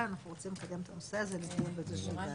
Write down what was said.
אנחנו רוצים לקדם את הנושא הזה לאיזו שהיא ועדה,